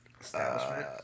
establishment